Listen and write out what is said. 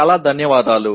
చాలా ధన్యవాదాలు